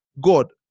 God